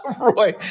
Roy